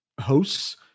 hosts